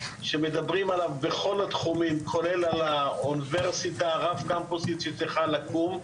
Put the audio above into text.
שמדברים עליו בכל התחומים כולל האוניברסיטה רק קמפוסית שצריכה לקום.